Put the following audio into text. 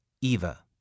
Eva